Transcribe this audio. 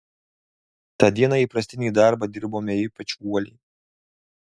tą dieną įprastinį darbą dirbome ypač uoliai